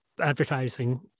Advertising